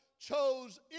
chose